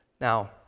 Now